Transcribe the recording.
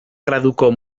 graduko